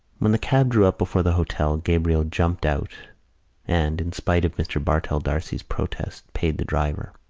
when the cab drew up before the hotel, gabriel jumped out and, in spite of mr. bartell d'arcy's protest, paid the driver.